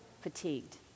fatigued